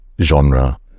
genre